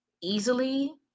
easily